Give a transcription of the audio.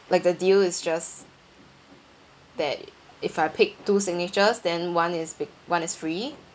like a deal is just that if I pick two signatures then one is big one is free